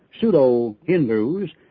pseudo-Hindus